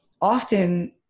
often